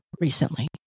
recently